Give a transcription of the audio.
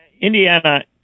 Indiana